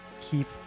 Keep